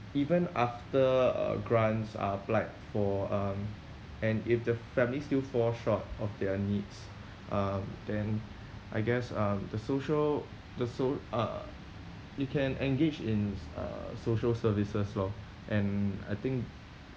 even after uh grants are applied for um and if the family still fall short of their needs uh then I guess um the social the so~ uh you can engage in uh social services lor and I think